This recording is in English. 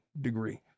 degree